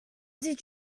did